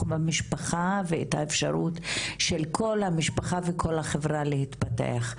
במשפחה ואת האפשרות של כל המשפחה וכל החברה להתפתח.